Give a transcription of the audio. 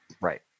Right